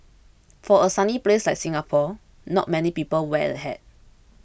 for a sunny place like Singapore not many people wear a hat